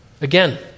Again